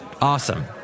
awesome